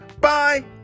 Bye